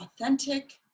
authentic